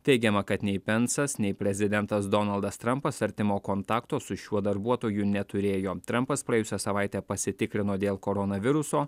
teigiama kad nei pensas nei prezidentas donaldas trampas artimo kontakto su šiuo darbuotoju neturėjo trampas praėjusią savaitę pasitikrino dėl koronaviruso